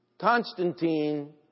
Constantine